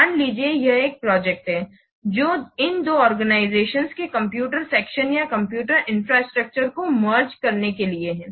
मान लीजिए कि यह एक प्रोजेक्ट है जो इन दो ऑर्गनिज़तिओन्स के कंप्यूटर सेक्शन या कंप्यूटर इंफ्रास्ट्रक्टर्स को मेर्गेड करने के लिए है